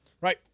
Right